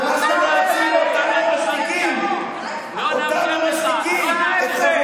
לך לסוריה, לך לסוריה.